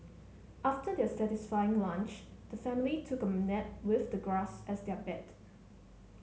after their satisfying lunch the family took a nap with the grass as their bed